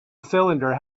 cylinder